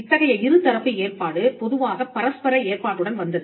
இத்தகைய இரு தரப்பு ஏற்பாடு பொதுவாக பரஸ்பர ஏற்பாட்டுடன் வந்தது